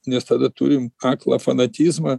nes tada turim aklą fanatizmą